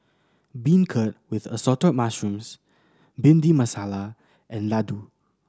beancurd with Assorted Mushrooms Bhindi Masala and laddu